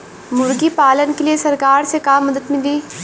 मुर्गी पालन के लीए सरकार से का मदद मिली?